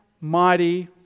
mighty